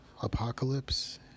Apocalypse